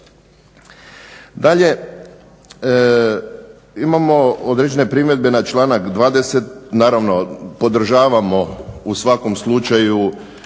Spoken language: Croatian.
Dalje, imamo određene primjedbe na članak 20., naravno podržavamo u svakom slučaju